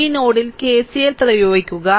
ഈ നോഡിൽ KCL പ്രയോഗിക്കുക